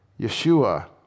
Yeshua